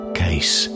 case